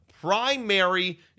primary